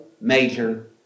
major